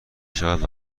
شود